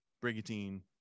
Brigantine